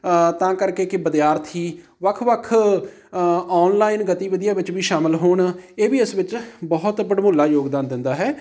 ਤਾਂ ਕਰਕੇ ਕਿ ਵਿਦਿਆਰਥੀ ਵੱਖ ਵੱਖ ਔਨਲਾਈਨ ਗਤੀਵਿਧੀਆਂ ਵਿੱਚ ਵੀ ਸ਼ਾਮਿਲ ਹੋੋਣ ਇਹ ਵੀ ਇਸ ਵਿੱਚ ਬਹੁਤ ਵਡਮੁੱਲਾ ਯੋਗਦਾਨ ਦਿੰਦਾ ਹੈ